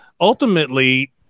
ultimately